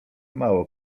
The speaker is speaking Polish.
mało